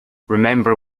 remember